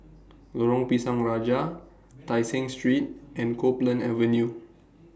Lorong Pisang Raja Tai Seng Street and Copeland Avenue